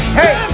hey